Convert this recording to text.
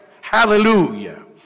Hallelujah